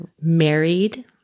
married